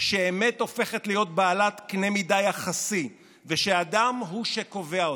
שאמת הופכת להיות בעלת קנה מידה יחסי ושהאדם הוא שקובע אותה.